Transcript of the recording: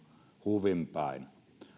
huvin päin